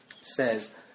says